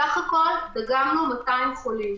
סך הכול דגמנו 200 חולים.